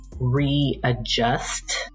readjust